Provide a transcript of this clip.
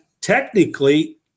technically